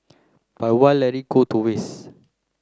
but why let it go to waste